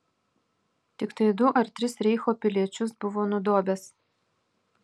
tiktai du ar tris reicho piliečius buvo nudobęs